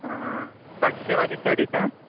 पाचशेवाली साडी का